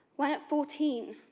when at fourteen,